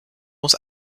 muss